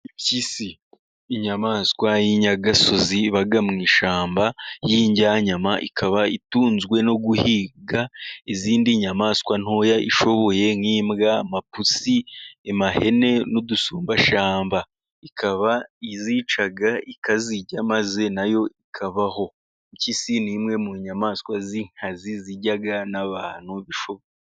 Impyisi inyamaswa y'inyagasozi iba mu ishyamba y'indyanyama. Ikaba itunzwe no guhiga izindi nyamaswa ntoya ishoboye nk'imbwa, amapusi, ihene n'udusumbashyamba. Ikaba izica ikazirya maze na yo ikabaho. Impyisi ni imwe mu nyamaswa z'inkazi zirya n'abantu...